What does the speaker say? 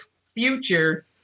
Future